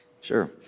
Sure